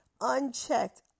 unchecked